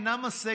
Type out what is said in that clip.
ידה אינה משגת,